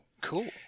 Cool